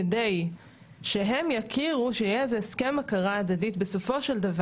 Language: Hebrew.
כדי שהם יכירו שבסופו של דבר יהיה איזה הסכם הכרה הדדית ביניהם